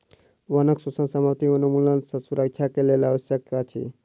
वनक शोषण समाप्ति वनोन्मूलन सँ सुरक्षा के लेल आवश्यक अछि